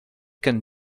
can